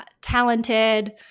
talented